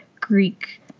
Greek